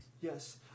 Yes